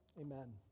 Amen